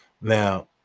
now